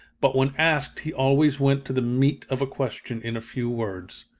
but when asked he always went to the meat of a question in a few words.